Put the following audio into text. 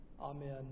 Amen